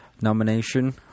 nomination